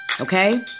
Okay